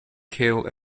kiel